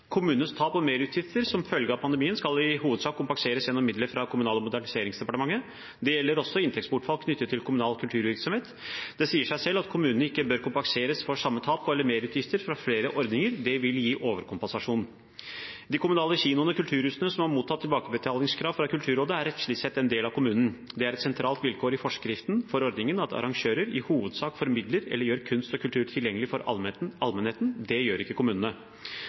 Kommunenes tap og merutgifter som følge av pandemien skal i hovedsak kompenseres gjennom midler fra Kommunal- og moderniseringsdepartementet. Det gjelder også inntektsbortfall knyttet til kommunal kulturvirksomhet. Det sier seg selv at kommunene ikke bør kompenseres for samme tap eller merutgifter fra flere ordninger. Det ville gi overkompensasjon. De kommunale kinoene og kulturhusene som har mottatt tilbakebetalingskrav fra Kulturrådet, er rettslig sett en del av kommunen. Det er et sentralt vilkår i forskriften for ordningen at arrangør «i hovedsak formidler eller gjør kunst og kultur tilgjengelig til allmennheten». Det gjør ikke kommunene.